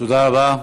תודה רבה.